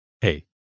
hey